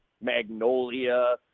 Magnolia